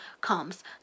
comes